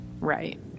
right